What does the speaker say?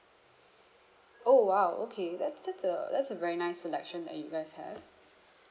oh !wow! okay that's that's a that's a very nice selection that you guys have